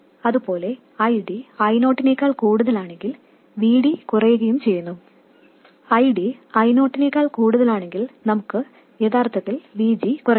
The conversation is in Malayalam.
അതുപോലെ ID I0 നേക്കാൾ കൂടുതലാണെങ്കിൽ VD കുറയുകയും ചെയ്യുന്നു ID I0 നേക്കാൾ കൂടുതലാണെങ്കിൽ നമുക്ക് യഥാർത്ഥത്തിൽ VG കുറയ്ക്കണം